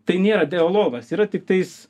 tai nėra dialogas yra tiktais